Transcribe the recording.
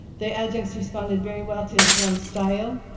the adjuncts responded very well to his warm style.